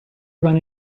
run